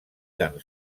tan